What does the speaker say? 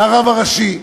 מהרב הראשי.